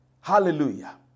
Hallelujah